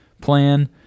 plan